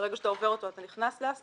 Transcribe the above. שברגע שאתה עובר אותו, אתה נכנס להסדרה.